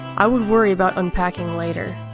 i could worry about unpacking later.